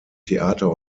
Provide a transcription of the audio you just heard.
theater